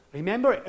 Remember